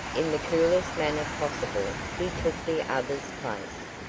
in the coolest manner possible, he took the other's place,